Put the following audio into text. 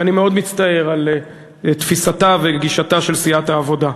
ואני מאוד מצטער על תפיסתה וגישתה של סיעת העבודה,